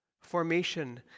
formation